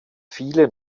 viele